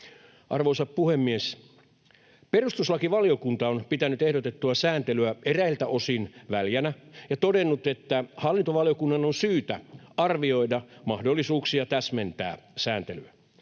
Arvoisa puhemies! Perustuslakivaliokunta on pitänyt ehdotettua sääntelyä eräiltä osin väljänä ja todennut, että hallintovaliokunnan on syytä arvioida mahdollisuuksia täsmentää sääntelyä.